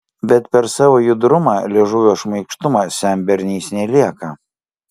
bet per savo judrumą liežuvio šmaikštumą senberniais nelieka